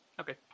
Okay